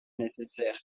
neceser